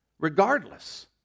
Regardless